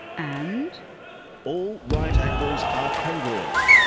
and all right angles are congruent.